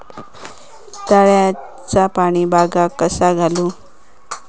तळ्याचा पाणी बागाक कसा घालू?